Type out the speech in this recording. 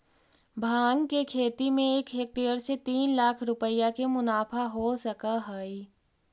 भाँग के खेती में एक हेक्टेयर से तीन लाख रुपया के मुनाफा हो सकऽ हइ